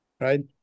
right